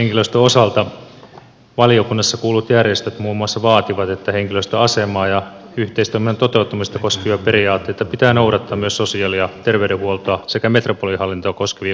henkilöstön osalta valiokunnassa kuullut järjestöt muun muassa vaativat että henkilöstön asemaa ja yhteistoiminnan toteuttamista koskevia periaatteita pitää noudattaa myös sosiaali ja terveydenhuoltoa sekä metropolihallintoa koskevien uudistusten yhteydessä